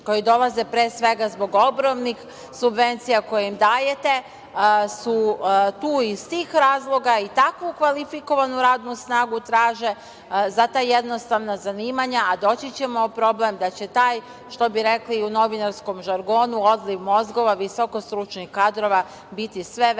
koji dolaze, pre svega, zbog ogromnih subvencija koje im dajete, su tu iz tih razloga i takvu kvalifikovanu radnu snagu traže za ta jednostavna zanimanja, a doći ćemo u problem da će taj, što bi rekli u novinarskom žargonu, odziv mozgova, visoko stručnih kadrova biti sve veći